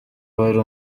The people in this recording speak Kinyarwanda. wari